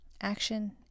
Action